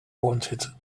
wanted